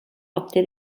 obté